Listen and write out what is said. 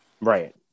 Right